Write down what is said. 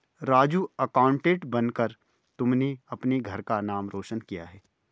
Raju accountant बनकर तुमने अपने घर का नाम रोशन किया है